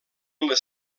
les